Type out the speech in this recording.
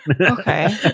Okay